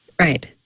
Right